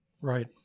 right